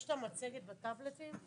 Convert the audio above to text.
יש את המצגת בטאבלטים?